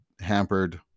hampered